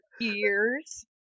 ears